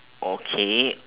okay